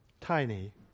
tiny